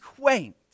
quaint